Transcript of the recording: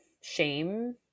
shame